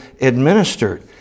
administered